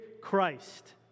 Christ